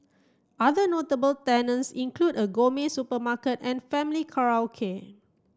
other notable tenants include a gourmet supermarket and family karaoke